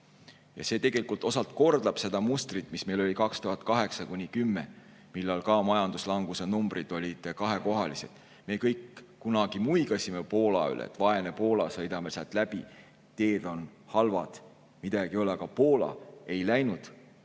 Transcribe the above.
See tegelikult osalt kordab seda mustrit, mis meil oli 2008–2010, kui majanduslanguse numbrid olid ka kahekohalised. Me kõik kunagi muigasime Poola üle: vaene Poola, sõidame sealt läbi, teed on halvad, midagi ei ole. Aga Poola ei läinud